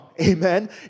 Amen